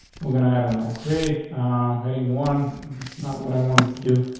we're gonna i don't know, create heading one. that's not what i wanted to do.